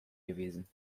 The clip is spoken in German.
gewesen